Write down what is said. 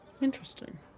Interesting